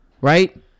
right